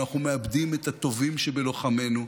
אנחנו מאבדים את הטובים שבלוחמינו,